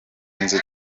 inzu